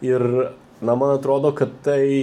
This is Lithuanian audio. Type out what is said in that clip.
ir na man atrodo kad tai